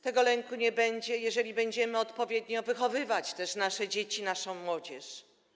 Tego lęku nie będziemy, jeżeli będziemy odpowiednio wychowywać nasze dzieci, naszą młodzież.